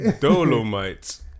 Dolomite